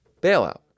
bailout